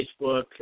Facebook